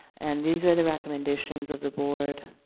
and these are the recommendations of the board.